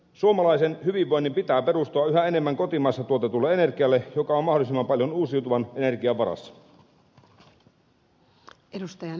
suomalaisen hyvinvoinnin pitää perustua yhä enemmän kotimaassa tuotetulle energialle joka on mahdollisimman paljon uusiutuvan energian varassa